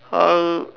uh